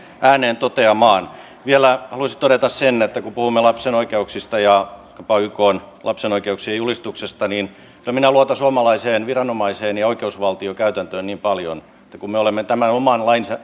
ääneen toteamaan vielä haluaisin todeta sen että kun puhumme lapsen oikeuksista ja jopa ykn lapsen oikeuksien julistuksesta niin kyllä minä luotan suomalaiseen viranomaiseen ja oikeusvaltiokäytäntöön niin paljon että kun me olemme tämän oman